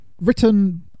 written